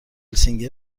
سینگر